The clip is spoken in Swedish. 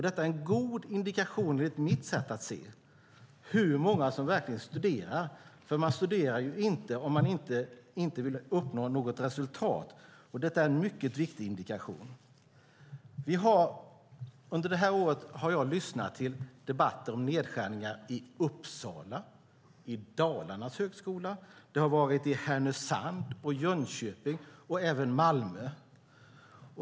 Detta är enligt mitt sätt att se en god indikation på hur många som verkligen studerar, för man studerar ju inte om man inte vill uppnå något resultat. Detta är en mycket viktig indikation. Under det här året har jag lyssnat till debatter om nedskärningar i Uppsala och vid Dalarnas högskola. Det har gällt i Härnösand, i Jönköping och även i Malmö.